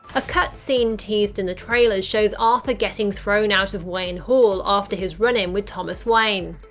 a cut scene teased in the trailers shows arthur getting thrown out of wayne hall after his run-in with thomas wayne.